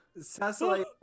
Cecily